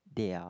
their